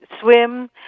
swim